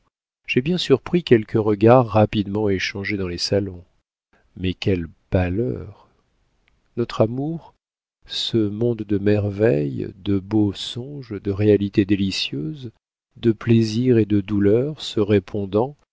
j'ai bien surpris quelques regards rapidement échangés dans les salons mais quelle pâleur notre amour ce monde de merveilles de beaux songes de réalités délicieuses de plaisirs et de douleurs se répondant